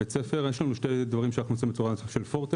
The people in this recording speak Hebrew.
יש לנו שני דברים שאנחנו עושים בצורה של פורטה,